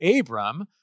Abram